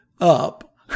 up